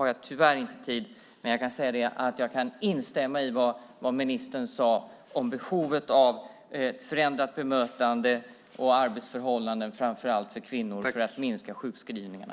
Jag instämmer i vad ministern sade om behovet av förändrat bemötande och arbetsförhållanden, framför allt för kvinnor, för att minska sjukskrivningarna.